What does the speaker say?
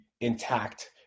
intact